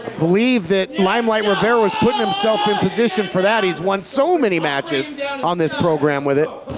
believe that limelight rivera is putting himself in position for that, he's won so many matches on this program with it.